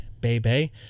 baby